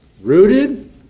Rooted